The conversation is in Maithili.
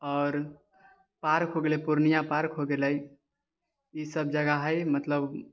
आओर पार्क हो गेलै पूर्णिया पार्क हो गेलै ई सभ जगह हैय मतलब